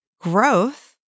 growth